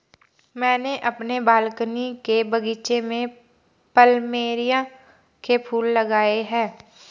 मैंने अपने बालकनी के बगीचे में प्लमेरिया के फूल लगाए हैं